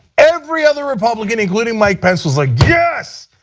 every other republican including mike pence was like, yes,